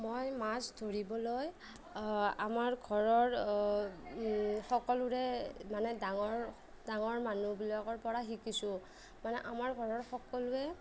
মই মাছ ধৰিবলৈ আমাৰ ঘৰৰ সকলোৰে মানে ডাঙৰ ডাঙৰ মানুহবিলাকৰ পৰা শিকিছোঁ মানে আমাৰ ঘৰৰ সকলোৱে